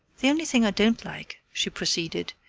the only thing i don't like, she proceeded,